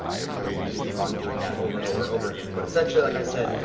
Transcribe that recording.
there we go, we can just keep on doing that over and over and over again, but essentially like i said,